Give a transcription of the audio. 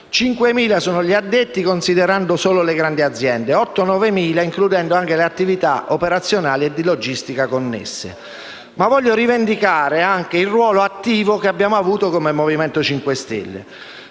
sono 5.000, considerando solo le grandi aziende; tra gli 8.000 e i 9.000 includendo anche le attività operazionali e di logistica connesse. Voglio rivendicare anche il ruolo attivo che abbiamo avuto come Movimento 5 Stelle: